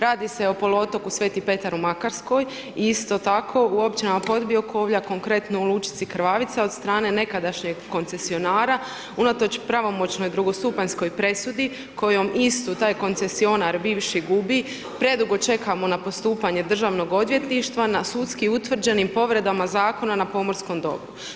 Radi se o poluotoku Sv.Petar u Makarskoj isto tako u općinama podbiokovlja, konkretno u lučici Krvavica od strane nekadašnjeg koncesionara unatoč pravomoćnoj drugostupanjskoj presudi kojom istu taj koncesionar bivši gubi, predugo čekamo na postupanje Državnog odvjetništva na sudski utvrđenim povredama Zakona na pomorskom dobru.